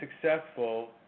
successful